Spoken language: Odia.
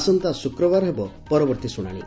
ଆସନ୍ତା ଶୁକ୍ରବାର ହେବ ପରବର୍ତ୍ତୀ ଶୁ୍ଶାଣି